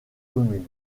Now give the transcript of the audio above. commune